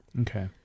Okay